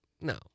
No